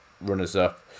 runners-up